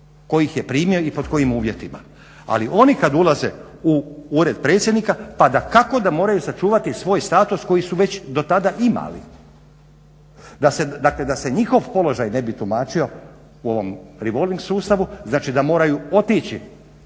tko ih je primio i pod kojim uvjetima. Ali oni kada ulaze u ured predsjednika pa dakako da moraju sačuvati svoj status koji su već do tada imali, dakle da se njihov položaj ne bi tumačio u ovom revolving sustavu znači da moraju otići